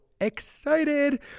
Excited